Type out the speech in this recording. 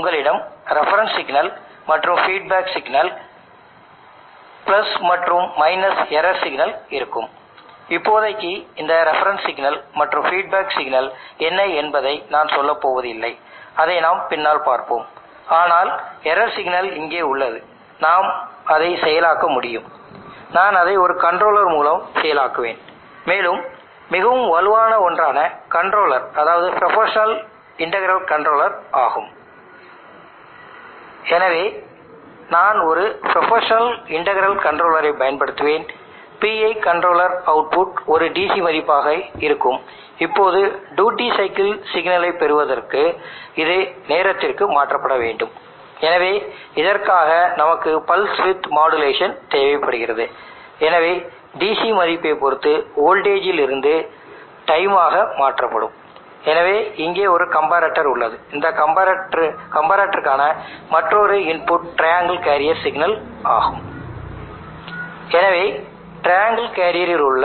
என்னிடம் ஒரு ரெபெரென்ஸ் மற்றும் ஒரு ஃபீட்பேக் உள்ளது ரெபெரென்ஸ் மற்றும் ஃபீட்பேக் என்ன என்பதை நாம் தீர்மானிப்போம் பிழை கண்ட்ரோலருக்கு செல்கிறது PI கண்ட்ரோலர் இன் அவுட்புட்டை ட்ரையாங்கிள் கேரியர் அவுட்புட்டோடு ஒப்பிடப்பட்டு PWM ஆக கிடைக்கும் இந்த PWM ஆனது டியூட்டி சைக்கிளுக்கு இன்புட்டாக இணைக்கப்பட்டுள்ளது இது குறிப்பிட்ட அமைப்பிற்கான Rtயை மாற்றியமைக்கும்